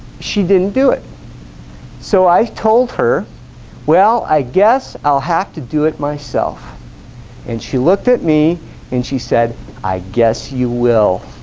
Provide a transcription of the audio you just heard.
she didn't do it so i told her well i guess i'll have to do it myself and she looked at me and she said i guess you will